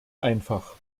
einfach